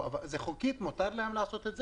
חוקית מותר להם לעשות את זה,